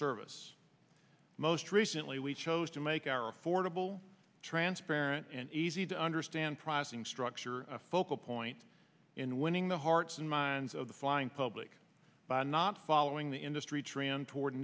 service most recently we chose to make our affordable transparent and easy to understand pricing structure a focal point in winning the hearts and minds of the flying public by not following the industry t